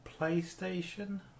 PlayStation